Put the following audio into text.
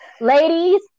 Ladies